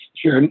Sure